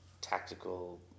tactical